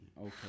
okay